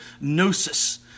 gnosis